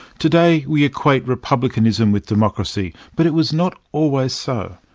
today, we equate republicanism with democracy. but it was not always so.